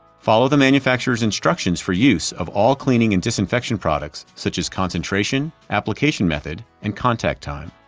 follow the manufacturer's instructions for use of all cleaning and disinfection products such as concentration, application method and contact time.